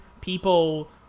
people